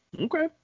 Okay